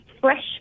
fresh